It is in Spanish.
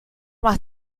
más